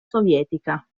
sovietica